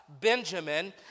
Benjamin